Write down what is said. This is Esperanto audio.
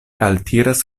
altiras